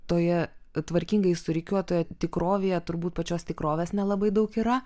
toje tvarkingai surikiuotoje tikrovėje turbūt pačios tikrovės nelabai daug yra